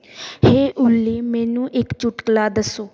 ਹੇ ਓਲੀ ਮੈਨੂੰ ਇੱਕ ਚੁਟਕਲਾ ਦੱਸੋ